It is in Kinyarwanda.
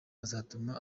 azatuma